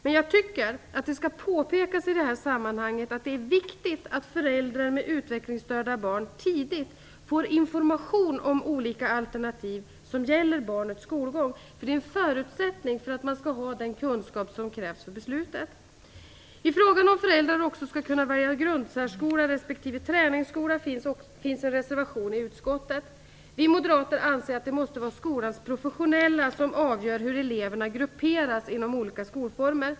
Men jag tycker att det i detta sammanhang skall påpekas att det är viktigt att föräldrar med utvecklingsstörda barn tidigt får information om olika alternativ som gäller barnets skolgång. Det är en förutsättning för att föräldrarna skall få den information som krävs för beslutet. I frågan om föräldrar också skall kunna välja grundsärskola respektive träningsskola finns en reservation i utskottet. Vi moderater anser att det måste vara skolans professionella som avgör hur eleverna skall grupperas inom olika skolformer.